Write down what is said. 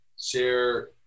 share